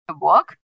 work